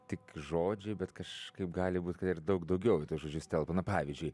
tik žodžiai bet kažkaip gali būt ir daug daugiau į tuos žodžius telpa na pavyzdžiui